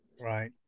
Right